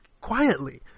Quietly